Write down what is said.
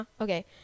Okay